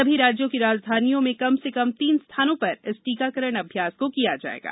सभी राज्यों की राजधानियों में कम से कम तीन स्थानों पर इस टीकाकरण अभ्यास को किया जाएगा